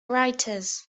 writers